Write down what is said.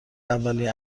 اولین